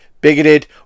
bigoted